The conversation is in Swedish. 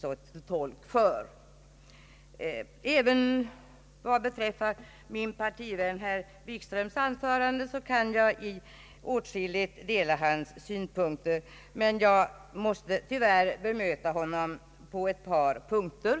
I åtskilligt kan jag även dela de synpunkter som framfördes av min partivän herr Wikström. Tyvärr måste jag dock bemöta honom på ett par punkter.